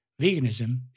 Veganism